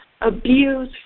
abuse